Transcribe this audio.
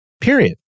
period